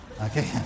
Okay